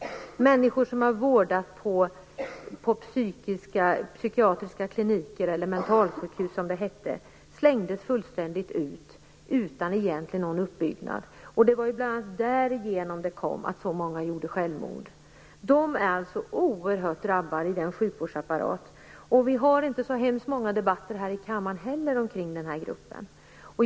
Människor som har vårdats på psykiatriska kliniker eller mentalsjukhus, som de hette, slängdes ut utan att något annat byggdes upp. Det var bl.a. på grund av detta som så många begick självmord. De är alltså oerhört hårt drabbade i sjukvårdsapparaten. Vi har inte heller så många debatter här i kammaren om denna grupp.